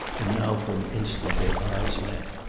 and now for an instant their eyes met.